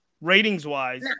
Ratings-wise